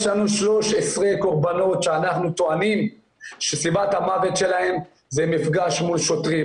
יש לנו 13 קורבנות שאנחנו טוענים שסיבת המוות שלהם זה מפגש מול שוטרים.